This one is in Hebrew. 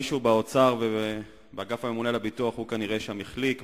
מישהו באוצר ובאגף הממונה על הביטוח כנראה החליק שם,